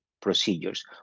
procedures